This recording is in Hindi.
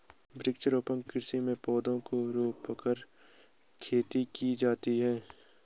वृक्षारोपण कृषि में पौधों को रोंपकर खेती की जाती है